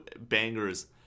bangers